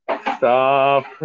Stop